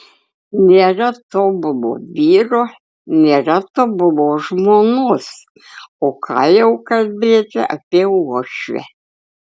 nėra tobulo vyro nėra tobulos žmonos o ką jau kalbėti apie uošvę